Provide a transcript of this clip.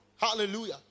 Hallelujah